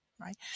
right